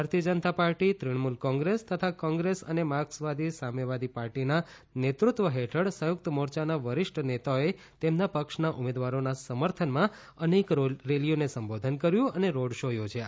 ભારતીય જનતા પાર્ટી તૃણમૂલ કોંગ્રેસ તથા કોંગ્રેસ અને માર્ક્સવાદી સામ્યવાદી પાર્ટીના નેતૃત્વ હેઠળ સંયુક્ત મોરચાના વરિષ્ઠ નેતાઓએ તેમના પક્ષના ઉમેદવારોના સમર્થનમાં અનેક રેલીઓને સંબોધન કર્યું અને રોડ શો યોજયા